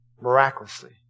miraculously